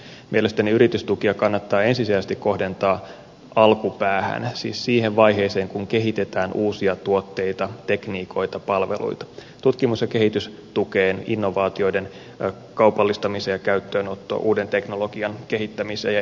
mielestäni yritystukia kannattaa ensisijaisesti kohdentaa alkupäähän siis siihen vaiheeseen kun kehitetään uusia tuotteita tekniikoita ja palveluita tutkimus ja kehitystukeen innovaatioiden kaupallistamiseen ja käyttöönottoon uuden teknologian kehittämiseen ja elinkeinojen uudistamiseen